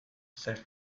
zer